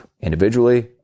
individually